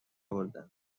بردند